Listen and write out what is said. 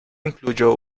incluyó